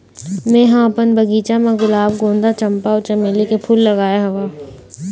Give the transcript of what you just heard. मेंहा अपन बगिचा म गुलाब, गोंदा, चंपा अउ चमेली के फूल लगाय हव